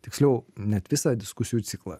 tiksliau net visą diskusijų ciklą